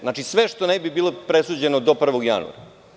Znači sve što ne bi bilo presuđeno do 1. januara.